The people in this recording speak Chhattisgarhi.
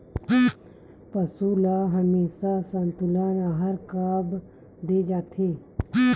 पशुओं ल हमेशा संतुलित आहार काबर दे जाथे?